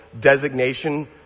designation